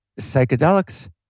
Psychedelics